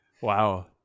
Wow